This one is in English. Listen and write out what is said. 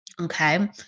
Okay